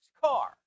car